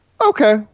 Okay